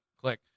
click